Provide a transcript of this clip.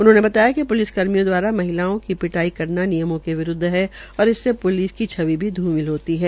उन्होंने बताया कि पुलिस कर्मियों दवारा महिलाओं की पिटाई करना नियमों के विरूदव है और इससे प्लिस की छवि भी धूमिल होती है